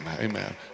amen